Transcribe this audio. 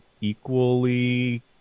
equally